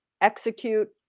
execute